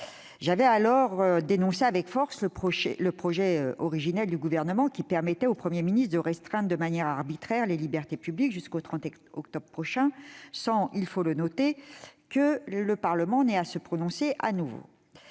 J'avais alors dénoncé avec force le projet originel du Gouvernement, qui permettait au Premier ministre de restreindre de manière arbitraire les libertés publiques jusqu'au 30 octobre prochain, sans que le Parlement ait à se prononcer de nouveau.